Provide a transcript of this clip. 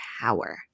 power